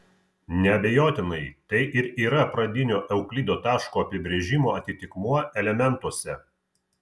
neabejotinai tai ir yra pradinio euklido taško apibrėžimo atitikmuo elementuose